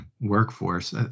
workforce